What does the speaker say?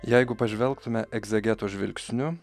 jeigu pažvelgtume egzegeto žvilgsniu